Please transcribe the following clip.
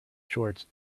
shorts